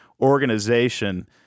organization